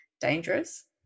dangerous